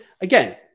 Again